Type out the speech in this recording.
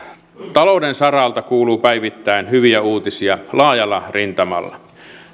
talouden saralta kuuluu päivittäin hyviä uutisia laajalla rintamalla